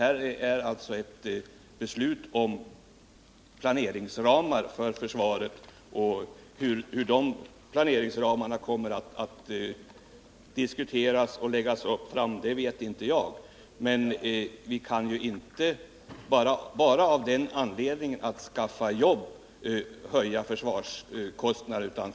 Detta är alltså ett beslut om planeringsramar för försvaret, och hur de planeringsramarna kommer att diskuteras och läggas fram vet jag inte. Men vi kan inte höja försvarskostnaderna bara av den anledningen att vi måste skaffa jobb.